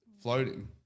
Floating